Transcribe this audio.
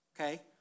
Okay